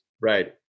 Right